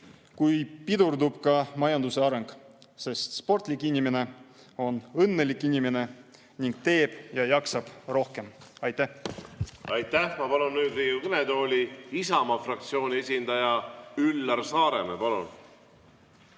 ning pidurdub majanduse areng. Sportlik inimene on õnnelik inimene ning teeb ja jaksab rohkem. Aitäh! Aitäh! Ma palun nüüd Riigikogu kõnetooli Isamaa fraktsiooni esindaja Üllar Saaremäe. Palun!